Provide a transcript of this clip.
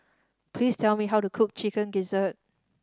please tell me how to cook Chicken Gizzard